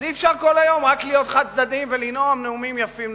אז אי-אפשר כל היום להיות חד-צדדיים ולנאום נאומים יפים.